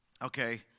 Okay